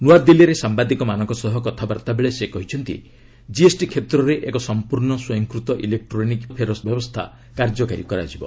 ନୂଆଦିଲ୍ଲୀରେ ସାମ୍ବାଦିକମାନଙ୍କ ସହ କଥାବାର୍ତ୍ତାବେଳେ ସେ କହିଛନ୍ତି ଜିଏସ୍ଟି କ୍ଷେତ୍ରରେ ଏକ ସମ୍ପୂର୍ଣ୍ଣ ସ୍ୱୟଂକୃତ ଇଲେକ୍ଟ୍ରୋନିକ୍ ଫେରସ୍ତ ବ୍ୟବସ୍ଥା କାର୍ଯ୍ୟକାରୀ କରାଯିବ